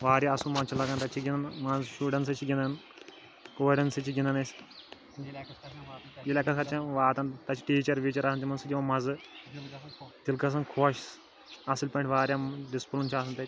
واریاہ اصٕل مَزٕ چھُ لَگان تَتہِ چھِ گِنٛدان منٛزٕ شُریٚن سۭتۍ چھِ گِنٛدان کوریٚن سۭتۍ چھِ گِنٛدان أسۍ ییٚلہِ ایٚکَسکَرشَن واتان تَتہِ چھِ ٹیٖچَر ویٖچَر آسان تِمَن سۭتۍ یِوان مَزٕ دِل گژھان خۄش اصٕل پٲٹھۍ واریاہ ڈِسپٕلِن چھُ آسان تَتہِ